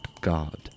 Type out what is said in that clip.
God